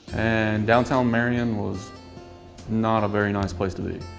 and downtown marion was not a very nice place to be.